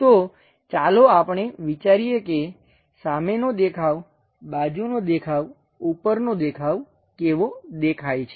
તો ચાલો આપણે વિચારીએ કે સામેનો દેખાવ બાજુનો દેખાવ ઉપરનો દેખાવ કેવો દેખાય છે